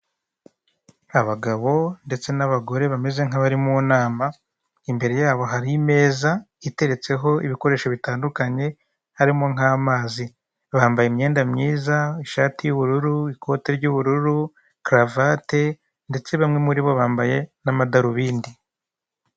Abagabo ndetse n'abagore bameze nk'abari mu nama imbere yabo hari meza iteretseho ibikoresho bitandukanye harimo nk'amazi bambaye imyenda myiza ishati y'ubururu ikote ry'ubururu karavati ndetse bamwe muri bo bambaye n'amadarubindi.